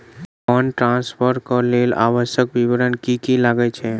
Fund transfer केँ लेल आवश्यक विवरण की की लागै छै?